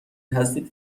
هستید